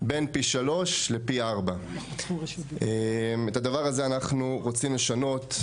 בין פי 3 לפי 4. את הדבר הזה אנחנו רוצים לשנות.